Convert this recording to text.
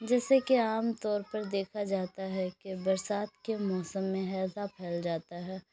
جیسے کہ عام طور پر دیکھا جاتا ہے کہ برسات کے موسم میں ہیضہ پھیل جاتا ہے